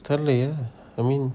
தெரிலயே:terilayae I mean